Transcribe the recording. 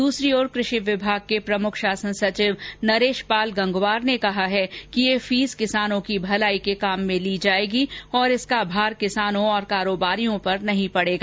दूसरी ओर कृषि विभाग के प्रमुख शासन सचिव नरेश पाल गंगवार ने कहा कि यह फीस किसानों की भलाई के काम के लिए काम में ली जाएगी और इसका भार किसानों और कारोबारियों पर नहीं पड़ेगा